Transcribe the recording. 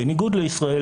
בניגוד לישראל,